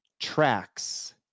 tracks